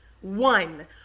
one